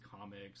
comics